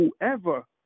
whoever